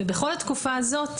בכל התקופה הזאת